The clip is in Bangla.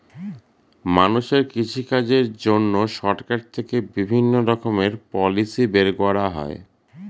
মানুষের কৃষিকাজের জন্য সরকার থেকে বিভিণ্ণ রকমের পলিসি বের করা হয়